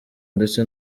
ndetse